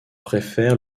préfère